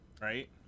Right